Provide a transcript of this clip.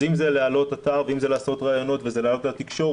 אז אם זה להעלות אתר ואם זה לעשות ריאיונות וזה לעלות לתקשורת